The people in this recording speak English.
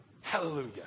Hallelujah